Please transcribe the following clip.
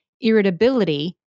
irritability